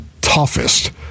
toughest